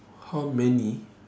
how many